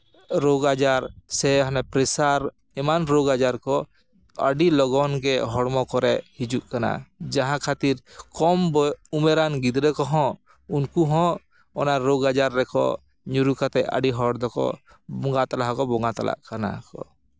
ᱨᱳᱜᱽ ᱟᱡᱟᱨ ᱥᱮ ᱯᱨᱮᱥᱟᱨ ᱮᱢᱟᱱ ᱨᱳᱜᱽ ᱟᱡᱟᱨ ᱠᱚ ᱟᱹᱰᱤ ᱞᱚᱜᱚᱱ ᱜᱮ ᱦᱚᱲᱢᱚ ᱠᱚᱨᱮ ᱦᱤᱡᱩᱜ ᱠᱟᱱᱟ ᱡᱟᱦᱟᱸ ᱠᱷᱟᱹᱛᱤᱨ ᱠᱚᱢ ᱩᱢᱮᱨᱟᱱ ᱜᱤᱫᱽᱨᱟᱹ ᱠᱚᱦᱚᱸ ᱩᱱᱠᱩ ᱦᱚᱸ ᱚᱱᱟ ᱨᱳᱜᱽ ᱟᱡᱟᱨ ᱨᱮᱠᱚ ᱧᱩᱨᱩ ᱠᱟᱛᱮ ᱟᱹᱰᱤ ᱦᱚᱲ ᱫᱚᱠᱚ ᱵᱚᱸᱜᱟ ᱛᱟᱞᱟ ᱦᱚᱸᱠᱚ ᱵᱚᱸᱜᱟ ᱛᱟᱞᱟᱜ ᱠᱟᱱᱟ